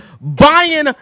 buying